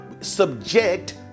subject